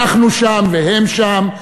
אנחנו שם והם שם.